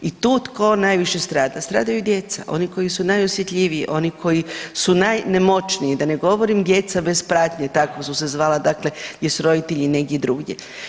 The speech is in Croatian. I tu tko najviše strada, stradaju djeca oni koji su najosjetljiviji oni koji su najnemoćniji da ne govorim djeca bez pratnje, tako su se zvala dakle gdje roditelji negdje drugdje.